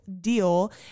deal